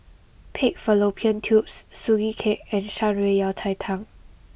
Pig Fallopian Tubes Sugee Cake and Shan Rui Yao Cai Tang